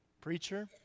preacher